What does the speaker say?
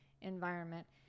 environment